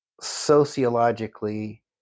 sociologically